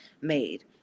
made